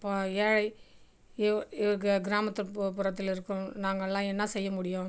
இப்போது ஏழை கிராமத்து பு புறத்தில் இருக்கும் நாங்களெலாம் என்ன செய்ய முடியும்